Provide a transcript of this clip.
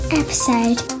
episode